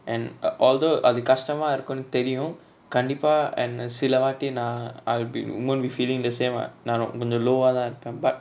and ah although அது கஷ்டமா இருக்குனு தெரியு கண்டிப்பா என்ன சில வாட்டி நா:athu kastama irukunu theriyu kandipa enna sila vaati na I will be you will be feeling the same [what] நானு கொஞ்சோ:naanu konjo low ah தா இருக்க:tha iruka but